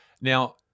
now